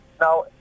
Now